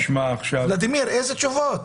ולדימיר, איזה תשובות?